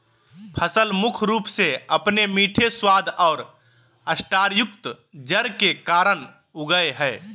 फसल मुख्य रूप से अपने मीठे स्वाद और स्टार्चयुक्त जड़ के कारन उगैय हइ